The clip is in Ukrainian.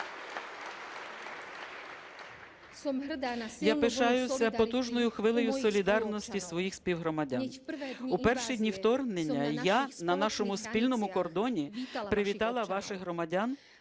Я пишаюся потужною хвилею солідарності своїх співгромадян. У перші дні вторгнення я на нашому спільному кордоні привітала ваших громадян